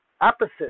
opposite